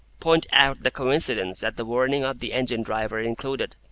point out the coincidence that the warning of the engine-driver included,